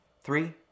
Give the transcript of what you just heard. Three